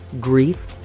grief